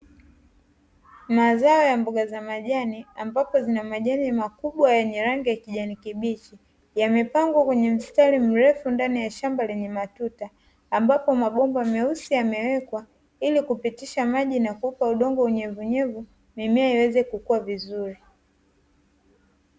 Mazao ya mboga za majani ambapo zina majani makubwa yenye rangi ya kijani kibichi yamepangwa kwenye mstari mrefu ndani ya shamba lenye matuta, ambapo mabomba meusi yamewekwa ili kupitisha maji na kuupa udongo unyevunyevu mimea iweze kukua vizuri.